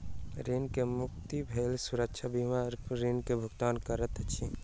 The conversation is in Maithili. ऋणी के मृत्यु भेला सुरक्षा बीमा ऋण के भुगतान करैत अछि